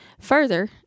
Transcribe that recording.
Further